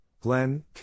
Glenn